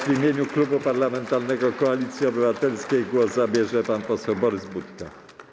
W imieniu Klubu Parlamentarnego Koalicja Obywatelska głos zabierze pan poseł Borys Budka.